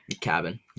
Cabin